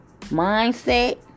mindset